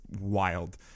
wild